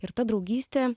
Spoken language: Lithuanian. ir ta draugystė